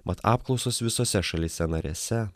mat apklausos visose šalyse narėse